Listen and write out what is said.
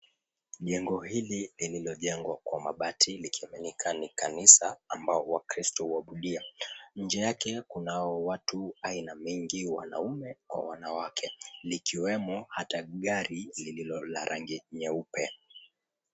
Jengo hili lililojengwa kwa mabati likionekana ni kanisa ambao Wakristo huabudia. Nje yake kunao watu aina mingi wanaume kwa wanawake likiwemo hata gari lililo la rangi nyeupe.